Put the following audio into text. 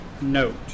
note